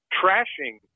trashing